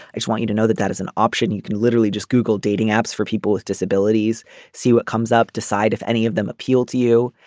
want you to know that that is an option you can literally just google dating apps for people with disabilities see what comes up decide if any of them appeal to you.